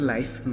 Life